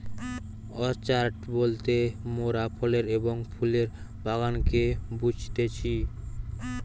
orchard বলতে মোরাফলের এবং ফুলের বাগানকে বুঝতেছি